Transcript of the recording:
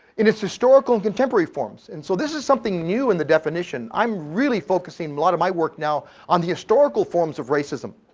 in its historical contemporary forms. and so this is something new in the definition. i'm really focusing a lot of my work now on the historical forms of racism.